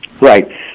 Right